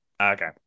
Okay